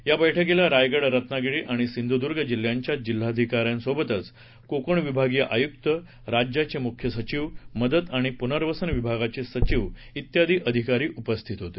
या बैठकीला रायगड रत्नागिरी आणि सिंधुदुर्ग जिल्ह्यांच्या जिल्हाधिकाऱ्यांसोबतच कोकण विभागीय आयुक्त राज्याचे मुख्य सचिव मदत आणि पुनर्वसन विभागाचे सचिव त्यादी अधिकारी उपस्थित होते